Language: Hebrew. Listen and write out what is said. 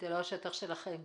זה לא השטח שלכם.